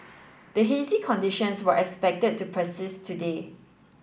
the hazy conditions were expected to persist today